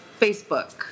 Facebook